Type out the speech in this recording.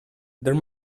there